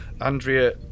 Andrea